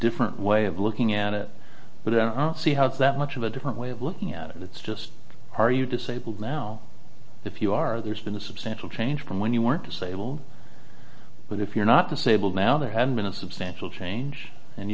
different way of looking at it but i don't see how it's that much of a different way of looking at it it's just are you disabled now if you are there's been a substantial change from when you weren't disabled but if you're not disabled now there had been a substantial change and